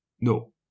No